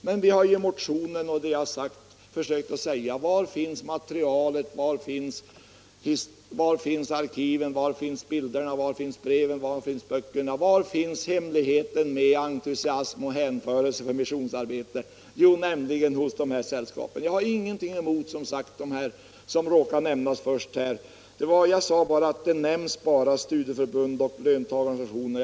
Men vi har i motionen velat säga: Var finns materialet, var finns arkiven, var finns bilderna, breven, böckerna? Var finns hemligheten med entusiasm och hänförelse, med missionsarbete? Jo, hos dessa sällskap. Jag har som sagt ingenting emot de organisationer som här råkat nämnas först. Vad jag sade var att det bara nämns studieförbund och löntagarorganisationer.